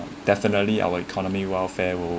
definitely our economy welfare will